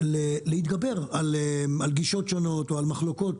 להתגבר על גישות שונות או על מחלוקות,